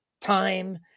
time